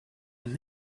and